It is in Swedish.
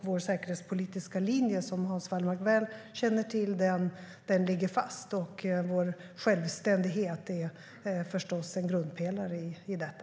Vår säkerhetspolitiska linje som Hans Wallmark väl känner till ligger fast, och vår självständighet är förstås en grundpelare i detta.